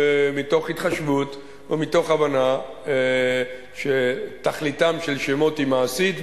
מתוך התחשבות ומתוך הבנה שתכליתם של שמות היא מעשית,